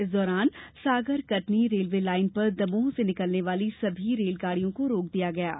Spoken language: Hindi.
इस दौरान सागर कटनी रेलवे लाइन पर दमोह से निकलने वाली सभी रेल गाड़ियों को रोक दिया गया है